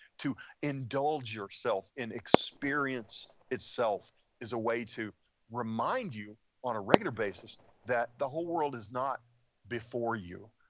to indulge yourself in experience itself is a way to remind you on a regular basis that the whole world is not before you.